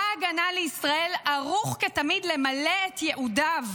ההגנה לישראל ערוך כתמיד למלא את ייעודו,